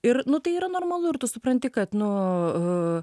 ir nu tai yra normalu ir tu supranti kad nu u